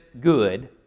good